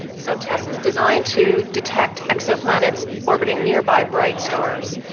so tess is designed to detect exoplanets orbiting nearby bright stars,